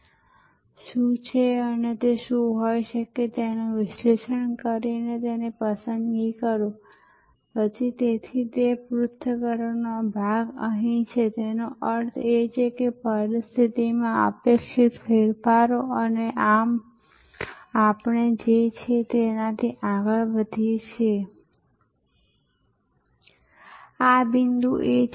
તાજેતરમાં જ્યારે હું નોર્વેમાં એક પરિષદમાં હતો ત્યારે મેં ફિનલેન્ડના મુખ્ય એરપોર્ટ હેલસિંકીથી ટ્રોન્ડહાઇમ માટે ઉડાન ભરી હતીનોર્વે જેવા સુંદર શહેર નું આ નાનકડું પણ રસપ્રદ એરપોર્ટ છે જ્યાં થી હું યુનિવર્સિટી પહોચ્યો હતો